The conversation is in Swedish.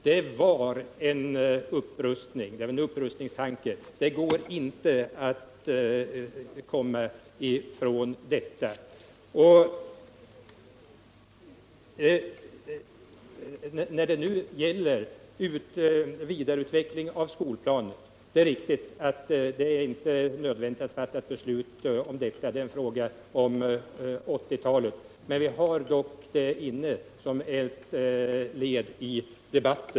Det innebar att man hade tanke på en upprustning. Det går det inte att komma ifrån. Det är riktigt att det inte är nödvändigt att nu fatta beslut om en vidareutveckling av skolflygplanet. Det är en fråga för 1980-talet, men den finns ändå med i dagens debatt.